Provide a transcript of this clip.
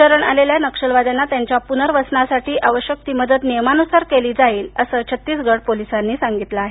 शरण आलेल्या नक्षलवाद्यांना त्यांच्या पुनर्वसनासाठी आवश्यक मदत नियमानुसार केली जाअर्ला असं छत्तीसगड पोलीसांनी सांगितलं आहे